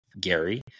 Gary